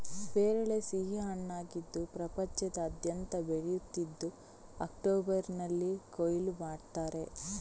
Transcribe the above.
ಪೇರಳೆ ಸಿಹಿ ಹಣ್ಣಾಗಿದ್ದು ಪ್ರಪಂಚದಾದ್ಯಂತ ಬೆಳೆಯುತ್ತಿದ್ದು ಅಕ್ಟೋಬರಿನಲ್ಲಿ ಕೊಯ್ಲು ಮಾಡ್ತಾರೆ